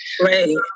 Right